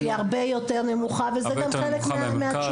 בדיוק, היא הרבה יותר נמוכה, וזה גם חלק מהתשובה.